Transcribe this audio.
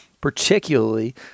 particularly